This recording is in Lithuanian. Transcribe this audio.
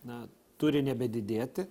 na turi nebedidėti